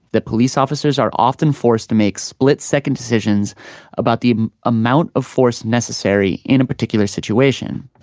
that police officers are often forced to make split second decisions about the amount of force necessary in a particular situation.